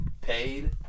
Paid